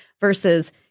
Versus